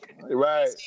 Right